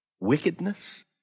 wickedness